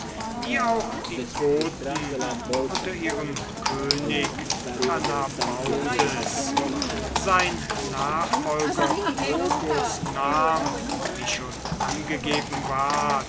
wie auch die goten unter ihrem könig canabaudes sein nachfolger probus nahm wie schon angegeben ward